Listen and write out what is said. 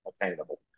attainable